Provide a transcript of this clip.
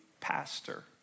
pastor